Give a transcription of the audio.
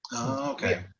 Okay